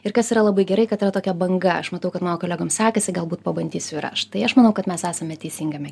ir kas yra labai gerai kad yra tokia banga aš matau kad mano kolegom sekasi galbūt pabandysiu ir aš tai aš manau kad mes esame teisingame